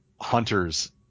hunters